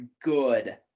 good